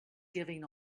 giving